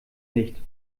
nicht